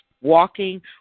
walking